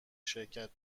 شرکت